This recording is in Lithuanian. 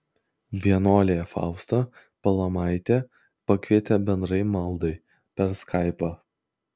vienuolė fausta palaimaitė pakvietė bendrai maldai per skaipą